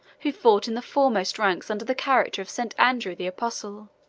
who fought in the foremost ranks under the character of st. andrew the apostle.